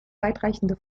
weitreichende